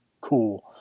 cool